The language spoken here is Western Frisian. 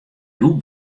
doe